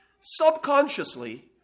subconsciously